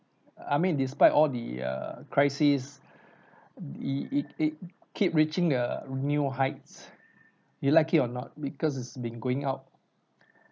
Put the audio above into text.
I mean despite all the err crisis it it it keep reaching the new heights you like it or not because it's been going out